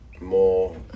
more